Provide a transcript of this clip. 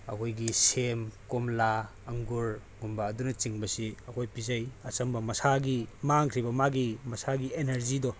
ꯑꯩꯈꯣꯏꯒꯤ ꯁꯦꯝ ꯀꯣꯝꯂꯥ ꯑꯪꯒꯨꯔꯒꯨꯝꯕ ꯑꯗꯨꯅꯆꯤꯡꯕꯁꯤ ꯑꯩꯈꯣꯏ ꯄꯤꯖꯩ ꯑꯆꯝꯕ ꯃꯁꯥꯒꯤ ꯃꯥꯡꯈ꯭ꯔꯤꯕ ꯃꯥꯒꯤ ꯃꯁꯥꯒꯤ ꯑꯦꯅꯔꯖꯤꯗꯣ